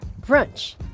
brunch